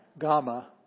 Gamma